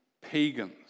pagans